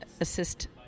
assist